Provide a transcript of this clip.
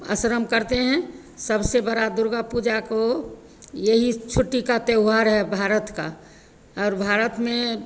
आश्रम करते हैं सबसे बड़ा दुर्गा पूजा का यही छुट्टी का त्योहार है भारत का और भारत में